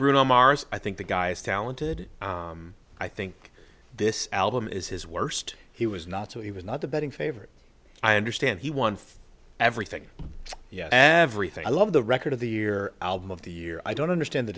mars i think the guy is talented i think this album is his worst he was not so he was not the betting favorite i understand he won everything yeah everything i love the record of the year album of the year i don't understand the